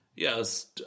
Yes